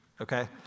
okay